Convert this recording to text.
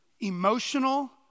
emotional